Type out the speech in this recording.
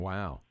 Wow